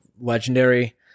Legendary